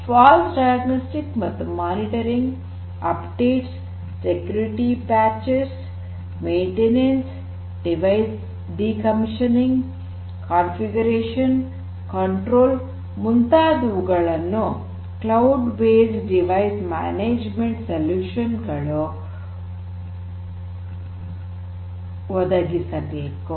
fault diagnostic ಮತ್ತು monitoring updates security patches maintenance device decommissioning configuration control ಮುಂತಾದವುಗಳನ್ನು cloud based device management solution ಒದಗಿಸಬೇಕು